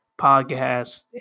podcast